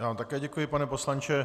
Já vám také děkuji, pane poslanče.